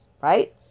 right